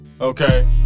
Okay